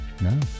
No